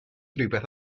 rhywbeth